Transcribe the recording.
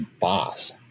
boss